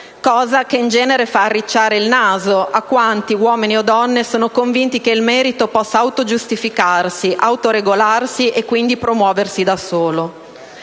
cosa che in genere fa arricciare il naso a quanti, uomini o donne, sono convinti che il merito possa autogiustificarsi, autoregolarsi e, quindi, promuoversi da solo.